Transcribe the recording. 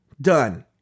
Done